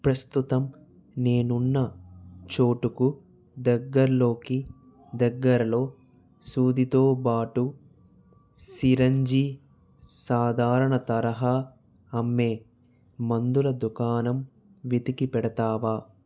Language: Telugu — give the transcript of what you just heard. ప్రస్తుతం నేనున్న చోటుకు దగ్గరలోకి దగ్గరలో సూదితోబాటు సిరంజీ సాధారణ తరహా అమ్మే మందుల దుకాణం వెతికి పెడతావా